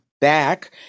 back